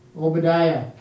Obadiah